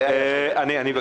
אני אגיד לך משהו.